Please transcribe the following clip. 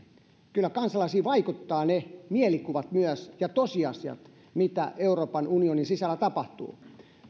kyllä kansalaisiin vaikuttavat myös mielikuvat ja tosiasiat siitä mitä euroopan unionin sisällä tapahtuu